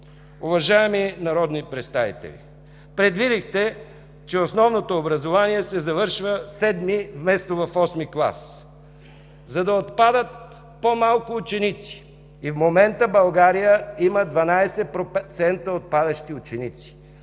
Уважаеми народни представители, предвидихте, че основното образование се завършва в седми вместо в осми клас, за да отпадат по-малко ученици. И в момента в България има 12% отпадащи ученици.